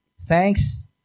thanks